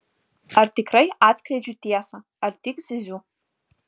ar tikrai atskleidžiu tiesą ar tik zyziu